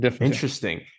Interesting